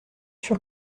sûr